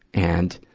and,